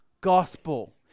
gospel